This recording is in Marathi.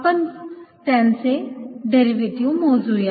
आपण त्यांचे डेरीवेटीव्ह मोजुया